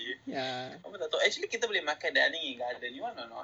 ya betul betul actually kita boleh makan kat ni garden you want or not